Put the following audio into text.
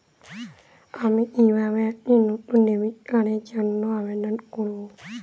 আমি কিভাবে একটি নতুন ডেবিট কার্ডের জন্য আবেদন করব?